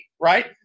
right